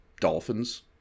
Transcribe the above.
dolphins